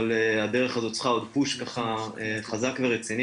אבל הדרך הזאת צריכה עוד פוש חזק ורציני